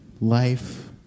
life